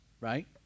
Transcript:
right